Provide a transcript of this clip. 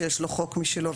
שיש לו חוק משלו,